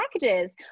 packages